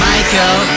Michael